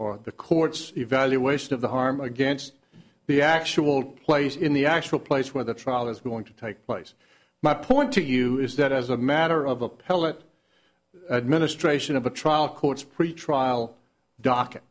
or the court's evaluation of the harm against the actual place in the actual place where the trial is going to take place my point to you is that as a matter of appellate administration of the trial court's pretrial docket